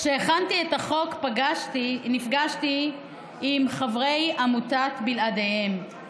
כשהכנתי את החוק, נפגשתי עם חברי עמותת "בלעדיהם",